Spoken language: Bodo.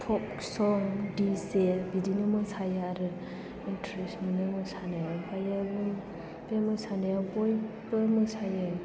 फ'क सं दिजे बिदिनो मोसायो आरो इन्ट्रेस्ट मोनो मोसानो ओमफ्राय बे मोसानायाव बयबो मोसायो